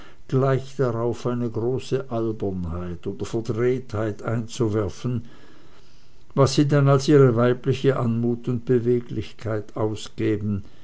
gleich darauf eine große albernheit oder verdrehtheit einzuwerfen was sie dann als ihre weibliche anmut und beweglichkeit ausgäben